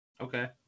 Okay